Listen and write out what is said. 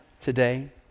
today